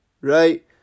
right